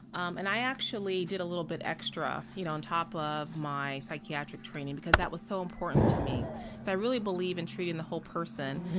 um and i actually did a little bit extra you know on top of my psychiatric training because that was so important to me. so i really believe in treating the whole person.